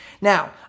Now